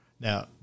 now